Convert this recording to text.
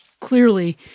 Clearly